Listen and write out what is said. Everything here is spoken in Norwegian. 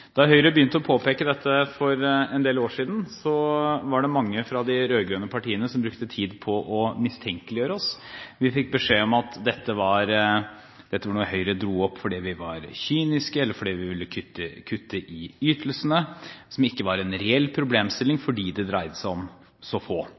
Da Høyre begynte å påpeke dette for en del år siden, var det mange fra de rød-grønne partiene som brukte tid på å mistenkeliggjøre oss. Vi fikk beskjed om at dette var noe Høyre dro opp fordi vi var kyniske, eller fordi vi ville kutte i ytelsene, som ikke var en reell problemstilling